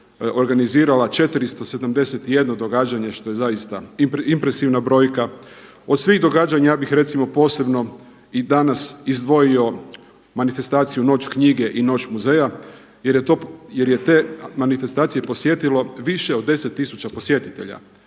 organizirala 471 događanje što je zaista impresivna brojka. Od svih događanja ja bih recimo posebno i danas izdvojio manifestaciju „Noć knjige“ i „Noć muzeja“ jer je te manifestacije posjetilo više od 10000 posjetitelja